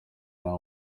nta